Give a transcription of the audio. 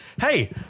hey